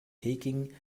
peking